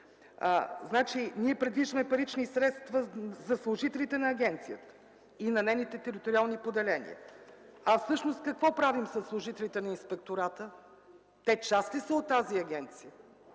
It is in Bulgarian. отговорите. Предвиждаме парични средства за служителите на агенцията и на нейните териториални поделения – какво правим обаче със служителите на Инспектората? Те част ли са от тази агенция,